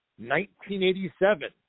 1987